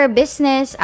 business